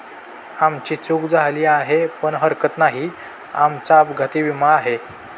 आमची चूक झाली आहे पण हरकत नाही, आमचा अपघाती विमा आहे